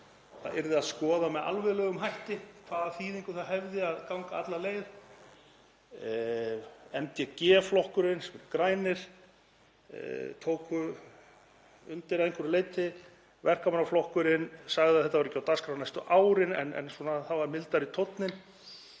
það yrði að skoða með alvarlegum hætti hvaða þýðingu það hefði að ganga alla leið, sem MDG-flokkurinn, grænir, tók undir að einhverju leyti. Verkamannaflokkurinn sagði að þetta væri ekki á dagskrá næstu árin en tónninn var mildari og ein